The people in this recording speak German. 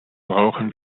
brauchen